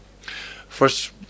First